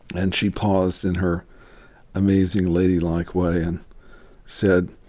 and she paused in her amazing ladylike way and said,